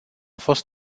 fost